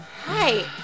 Hi